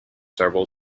several